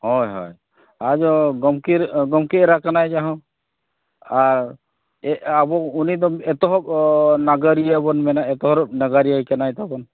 ᱦᱚᱭ ᱦᱚᱭ ᱟᱫᱚ ᱜᱚᱝᱠᱮ ᱜᱚᱝᱠᱮ ᱮᱨᱟ ᱠᱟᱱᱟᱭ ᱡᱟᱦᱳᱠ ᱟᱨ ᱟᱵᱚ ᱩᱱᱤᱫᱚ ᱮᱛᱚᱦᱚᱵ ᱱᱟᱜᱟᱨᱤᱭᱟᱹᱵᱚᱱ ᱢᱮᱱᱮᱫ ᱮᱛᱚᱦᱚᱵ ᱱᱟᱜᱟᱨᱤᱭᱟᱹ ᱠᱟᱱᱟᱭ ᱛᱟᱵᱚᱱ